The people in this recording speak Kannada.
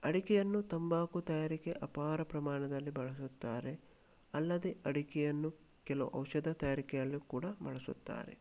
ಅಡಿಕೆಯನ್ನು ತಂಬಾಕು ತಯಾರಿಕೆ ಅಪಾರ ಪ್ರಮಾಣದಲ್ಲಿ ಬಳಸುತ್ತಾರೆ ಅಲ್ಲದೆ ಅಡಿಕೆಯನ್ನು ಕೆಲವು ಔಷಧ ತಯಾರಿಕೆಯಲ್ಲೂ ಕೂಡ ಬಳಸುತ್ತಾರೆ